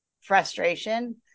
frustration